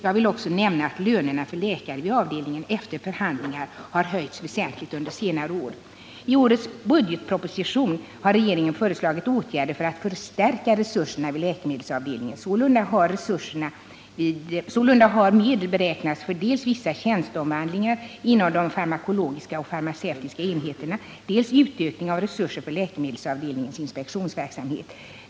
Jag vill också nämna att lönerna för läkare vid avdelningen efter förhandlingar har höjts väsentligt under senare år. i årets budgetproposition har regeringen föreslagit åtgärder för att förstärka resurserna vid läkemedelsavdelningen. Sålunda har medel beräknats för dels vissa tjänsteomvandlingar inom de farmakologiska och farmaceutiska enheterna, dels utökning av resurser för läkemedelsavdelningens inspektionsverksamhet.